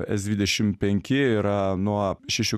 s dvidešimt penki yra nuo šešių